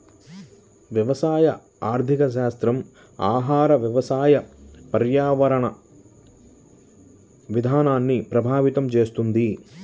వ్యవసాయ ఆర్థికశాస్త్రం ఆహార, వ్యవసాయ, పర్యావరణ విధానాల్ని ప్రభావితం చేస్తుంది